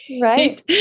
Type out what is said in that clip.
Right